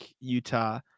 Utah